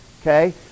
Okay